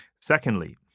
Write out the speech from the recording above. Secondly